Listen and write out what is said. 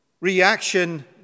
reaction